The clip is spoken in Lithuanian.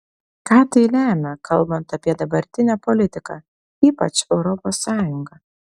ką tai lemia kalbant apie dabartinę politiką ypač europos sąjungą